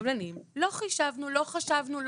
קבלנים, לא חישבנו, לא חשבנו.